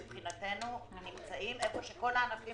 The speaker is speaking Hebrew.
מבחינתנו אנחנו נמצאים איפה שכל הענפים